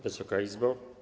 Wysoka Izbo!